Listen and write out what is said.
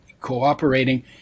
Cooperating